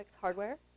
Hardware